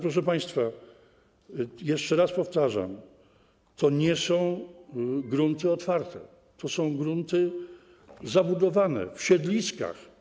Proszę państwa, jeszcze raz powtarzam: to nie są grunty otwarte, to są grunty zabudowane, w siedliskach.